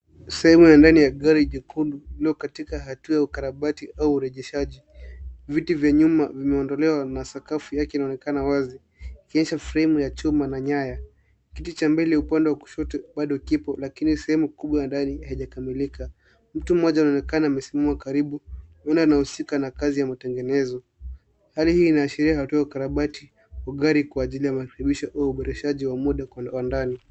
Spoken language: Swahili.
Sehemu ya ndani ya gari nyekundu iko katika hatua ya ukarabati au urejeshaji. Viti vya nyuma vimeondolewa na sakafu yake inaonekana wazi, ikionesha fremu ya chuma na nyaya. Kiti cha mbele upande wa kushoto bado kipo, lakini sehemu kubwa ya ndani haijakamilika. Mtu mmoja anaonekana amesimama karibu, huenda anahusika na kazi ya matengenezo. Hali hii inaashiria hatua ya ukarabatiau urejeshaji wa mwonekano wa ndani wa gari.